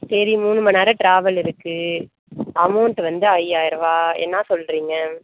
சரி மூணு மணிநேர ட்ராவல் இருக்குது அமௌண்ட் வந்து ஐயாயிரருவா என்ன சொல்கிறீங்க